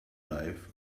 life